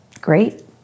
great